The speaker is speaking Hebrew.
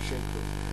50 פלוס,